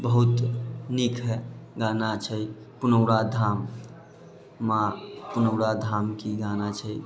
बहुत नीक हइ गाना छै पुनौरा धाम माँ पुनौरा धामके गाना छै